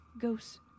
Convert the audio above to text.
ghost